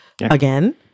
again